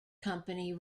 company